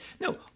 No